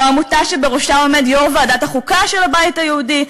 או העמותה שבראשה עומד יו"ר ועדת החוקה של הבית היהודי,